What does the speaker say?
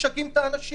ככה משגעים את האנשים.